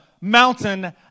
mountain